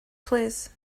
plîs